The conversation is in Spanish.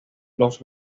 los